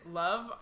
love